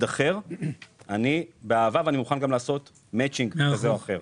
אחר אני מוכן גם לעשות מצ'ינג כזה או אחר.